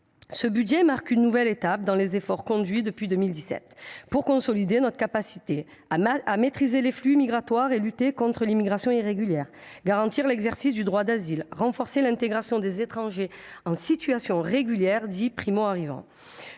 Ce budget marque une nouvelle étape dans les efforts conduits depuis 2017 pour consolider notre capacité à maîtriser les flux migratoires et à lutter contre l’immigration irrégulière, à garantir l’exercice du droit d’asile et à renforcer l’intégration des étrangers en situation régulière dits primo arrivants.